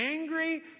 angry